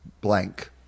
Blank